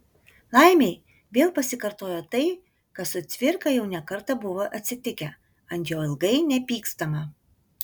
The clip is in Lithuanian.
laimei vėl pasikartojo tai kas su cvirka jau ne kartą buvo atsitikę ant jo ilgai nepykstama